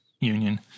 Union